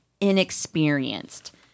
inexperienced